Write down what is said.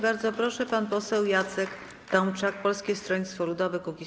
Bardzo proszę, pan poseł Jacek Tomczak, Polskie Stronnictwo Ludowe - Kukiz15.